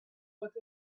with